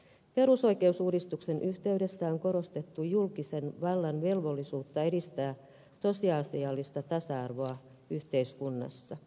perusoikeusuudistuksen yhteydessä on korostettu julkisen vallan velvollisuutta edistää tosiasiallista tasa arvoa yhteiskunnassa